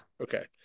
okay